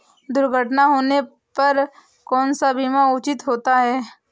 दुर्घटना होने पर कौन सा बीमा उचित होता है?